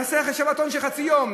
נעשה שבתון של חצי יום.